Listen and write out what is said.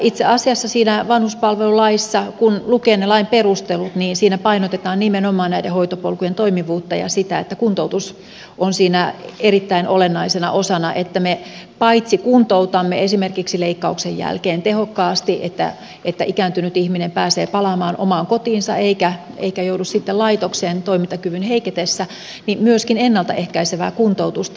itse asiassa siinä vanhuspalvelulaissa kun lukee ne lain perustelut painotetaan nimenomaan näiden hoitopolkujen toimivuutta ja sitä että kuntoutus on siinä erittäin olennaisena osana niin että me paitsi kuntoutamme esimerkiksi leikkauksen jälkeen tehokkaasti että ikääntynyt ihminen pääsee palaamaan omaan kotiinsa eikä joudu sitten laitokseen toimintakyvyn heiketessä niin myöskin teemme ennalta ehkäisevää kuntoutusta